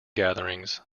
gatherings